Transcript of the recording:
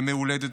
ימי הולדת,